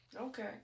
Okay